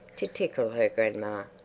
to tickle her grandma.